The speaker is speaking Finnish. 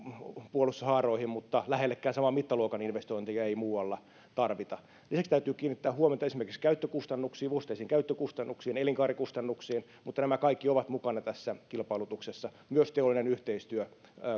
puolustushaaroihin mutta lähellekään saman mittaluokan investointeja ei muualla tarvita lisäksi täytyy kiinnittää huomioita esimerkiksi käyttökustannuksiin vuosittaisiin käyttökustannuksiin elinkaarikustannuksiin mutta nämä kaikki ovat mukana tässä kilpailutuksessa myös teollinen yhteistyö